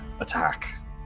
attack